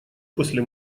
после